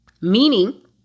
Meaning